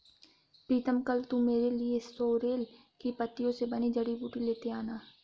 प्रीतम कल तू मेरे लिए सोरेल की पत्तियों से बनी जड़ी बूटी लेते आना